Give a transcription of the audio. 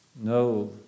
no